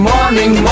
Morning